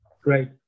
Great